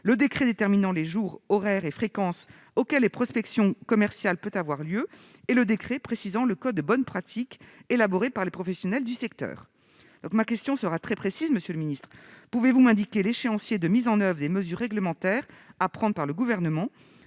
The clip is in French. le décret déterminant les jours, les horaires et la fréquence auxquels la prospection commerciale peut avoir lieu, ainsi que le décret précisant le code de bonnes pratiques élaboré par les professionnels du secteur. Ma question sera très précise, monsieur le ministre : pouvez-vous m'indiquer l'échéancier de mise en oeuvre des mesures réglementaires que doit prendre le Gouvernement ?